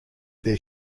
their